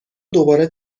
دوباره